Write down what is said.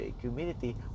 community